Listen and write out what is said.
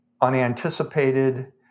unanticipated